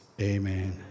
Amen